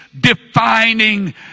defining